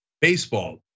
baseball